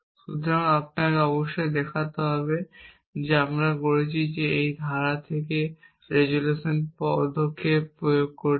সুতরাং আপনাকে অবশ্যই দেখতে হবে যে আমি যা করছি তা এই ধারা থেকে রেজোলিউশন পদক্ষেপ প্রয়োগ করছি